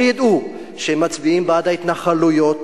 שידעו שהם מצביעים בעד ההתנחלויות,